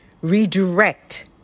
redirect